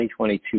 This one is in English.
2022